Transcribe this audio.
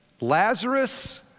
Lazarus